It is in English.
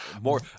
more